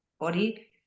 body